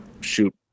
shoot